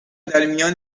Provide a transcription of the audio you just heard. درمیان